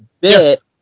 bit